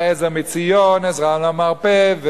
"עזר מציון", "עזרה למרפא",